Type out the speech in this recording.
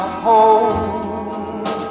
hold